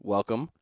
Welcome